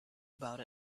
about